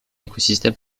écosystème